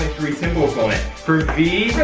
three symbols on it? through p,